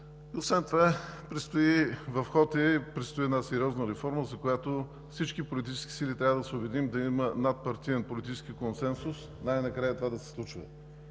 Освен това е в ход и предстои една сериозна реформа, за която всички политически сили трябва да се обединим и да има надпартиен политически консенсус и най-накрая това да се случи.